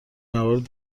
موارد